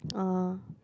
ah